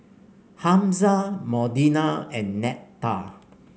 Hamza Modena and Netta